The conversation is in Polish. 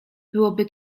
byłoby